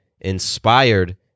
inspired